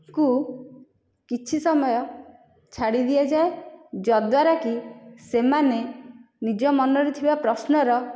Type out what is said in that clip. ଙ୍କୁ କିଛି ସମୟ ଛାଡ଼ି ଦିଆଯାଏ ଯଦ୍ୱାରା କି ସେମାନେ ନିଜ ମନରେ ଥିବା ପ୍ରଶ୍ନର